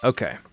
Okay